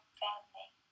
family